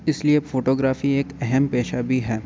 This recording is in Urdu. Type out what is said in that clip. اس لیے فوٹوگرافی ایک اہم پیشہ بھی ہے